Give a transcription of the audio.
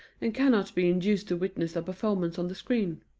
and cannot be induced to witness a performance on the screen.